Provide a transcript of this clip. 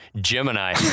Gemini